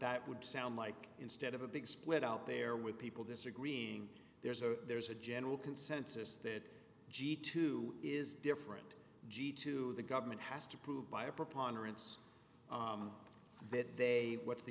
that would sound like instead of a big split out there with people disagreeing there's a there's a general consensus that g two is different g two the government has to prove by a preponderance that they what's the